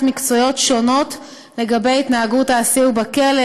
מקצועיות שונות לגבי התנהגות האסיר בכלא,